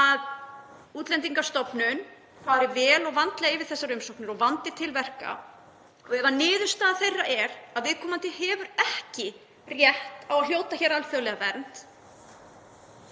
að Útlendingastofnun fari vel og vandlega yfir þessar umsóknir og vandi til verka. Ef niðurstaða hennar er að viðkomandi eigi ekki rétt á að hljóta hér alþjóðlega vernd